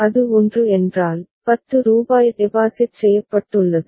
அது 1 என்றால் 10 ரூபாய் டெபாசிட் செய்யப்பட்டுள்ளது